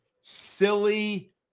silly